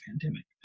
pandemic